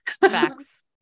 Facts